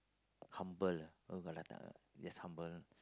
humble ah just humble